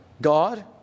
God